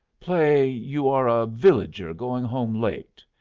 play you are a villager going home late.